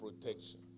protection